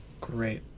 Great